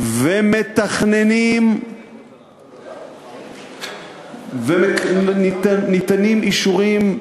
מה לגבי, ומתכננים וניתנים אישורים,